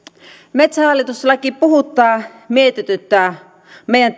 metsähallitus laki puhuttaa mietityttää meidän